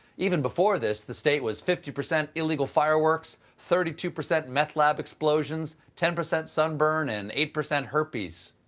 even before this, the state was fifty percent illegal fireworks, thirty two percent meth lab explosions, ten percent sunburn, and eight percent herpes.